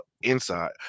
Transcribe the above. inside